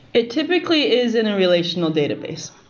it typically is in a relational database.